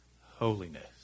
holiness